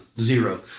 zero